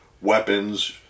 weapons